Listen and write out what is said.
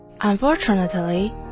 Unfortunately